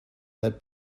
led